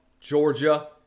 Georgia